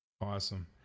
Awesome